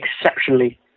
exceptionally